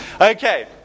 Okay